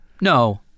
No